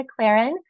mclaren